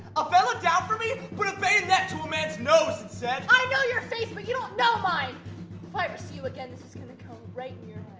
a fellow down from me put a bayonet to a man's nose and said i know your face but you don't know mine. if i ever see you again this is gonna go right in